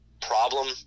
problem